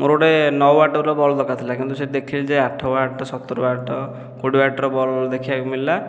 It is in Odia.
ମୋର ଗୋଟିଏ ନଅ ୱାଟ୍ର ବଲ୍ ଦରକାର ଥିଲା କିନ୍ତୁ ସେଠି ଦେଖିଲି ଯେ ଆଠ ୱାଟ୍ ସତର ୱାଟ୍ କୋଡ଼ିଏ ୱାଟ୍ର ବଲ୍ ଦେଖିବାକୁ ମିଳିଲା